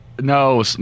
No